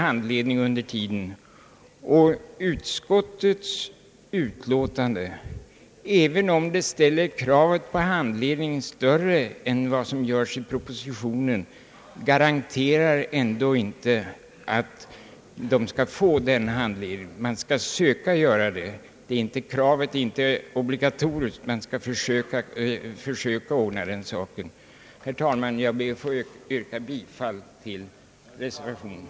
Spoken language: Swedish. Även om utskottets utlåtande ställer kravet på handledning högre än vad som görs i propositionen garanterar det ändå inte att en sådan handledning verkligen kommer till stånd. Man skall försöka ordna saken men det är inte obligatoriskt. Herr talman! Jag ber att få yrka bifall till reservationen.